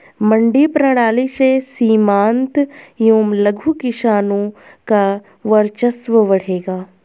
मंडी प्रणाली से सीमांत एवं लघु किसानों का वर्चस्व बढ़ेगा